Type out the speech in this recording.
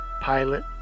pilot